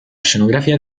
scenografia